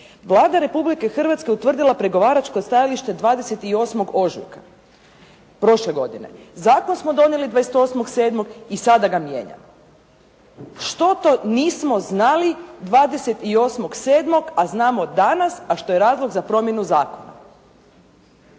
Vlada Republike Hrvatske utvrdila je pregovaračko stajalište 28. ožujka prošle godine. Zakon smo donijeli 28. 7. i sada ga mijenjamo. Što to nismo znali 28. 7. a znamo danas a što je razlog za promjenu zakona?